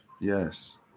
Yes